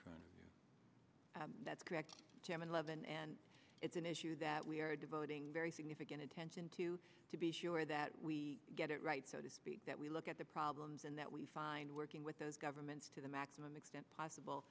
issues that's correct chairman levin and it's an issue that we are devoting very significant attention to to be sure that we get it right so to speak that we look at the problems and that we find working with those governments to the maximum extent possible